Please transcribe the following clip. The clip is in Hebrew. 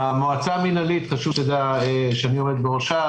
המועצה המינהלית שאני עומד בראשה